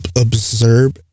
observe